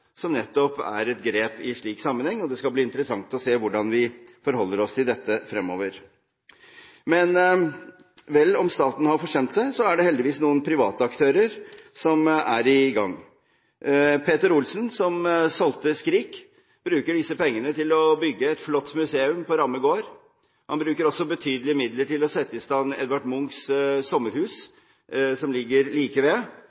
som nettopp er et grep i en slik sammenheng. Det skal bli interessant å se hvordan vi forholder oss til dette fremover. Men selv om staten har forsømt seg, er det heldigvis noen private aktører som er i gang. Petter Olsen, som solgte «Skrik», bruker disse pengene til å bygge et flott museum på Ramme Gaard. Han bruker også betydelige midler til å sette i stand